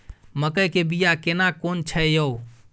मकई के बिया केना कोन छै यो?